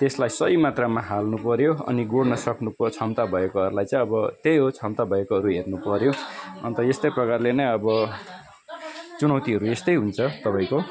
त्यसलाई सही मात्रामा हाल्नु पर्यो अनि गोड्न सक्ने क्षमता भएकाहरूलाई चाहिँ अब त्यही हो क्षमता भएकोहरू हेर्न पर्यो अन्त यस्तै प्रकारले नै अब चुनौतीहरू यस्तै हुन्छ तपाईँको